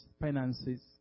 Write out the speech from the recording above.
finances